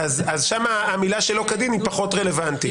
שם המילה שלא כדין היא פחות רלוונטית.